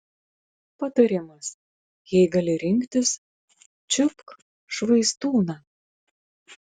patarimas jei gali rinktis čiupk švaistūną